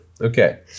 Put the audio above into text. Okay